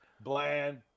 Bland